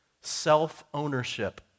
self-ownership